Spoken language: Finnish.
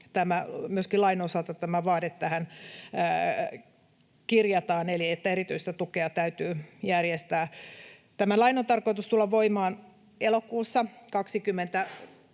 myöskin lain osalta tämä vaade tähän kirjataan eli se, että erityistä tukea täytyy järjestää. Tämän lain on tarkoitus tulla voimaan elokuussa 2025,